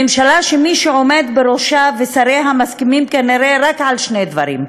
ממשלה שמי שעומד בראשה ושריה מסכימים כנראה רק על שני דברים: